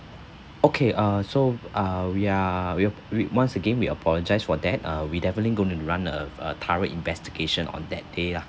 okay uh so ah we are we we once again we apologise for that ah we definitely going to run a a thorough investigation on that day ah